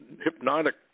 hypnotic